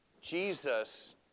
Jesus